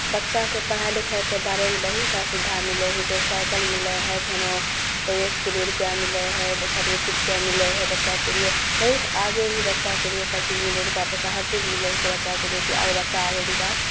बच्चाके पढ़ाइ लिखाइके बारेमे बहुत सारा सुविधा मिलै हिकै साइकिल मिलै हइ फेरो ड्रेसके लिए रुपैआ मिलै हइ छात्रवृति रुपैआ मिलै हइ बच्चाके लिए बहुत आगे ही बच्चाके लिए सबचीज मिलै रुपा पइसा हर चीज मिलै हिकै बच्चाके लिए कि आगे बच्चा आगे विकास